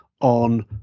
on